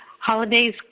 holidays